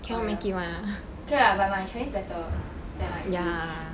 oh ya okay lah but my chinese better than my english